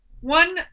one